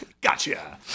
gotcha